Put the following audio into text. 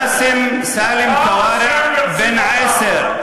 באסם סאלם כוארע, בן עשר,